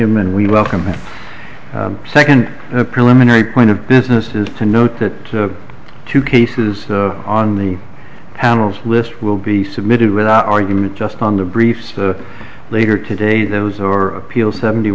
him and we welcome second preliminary point of business is to note that two cases on the panels list will be submitted without argument just on the briefs later today those or appeal seventy